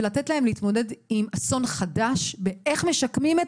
לתת להם להתמודד עם אסון חדש - איך לשקם את